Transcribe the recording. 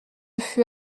fut